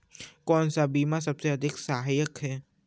कौन सा बीमा सबसे अधिक सहायक है?